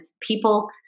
people